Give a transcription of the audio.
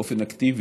באופן אקטיבי,